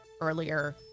earlier